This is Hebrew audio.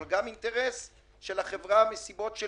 אבל גם אינטרס של החברה מסיבות של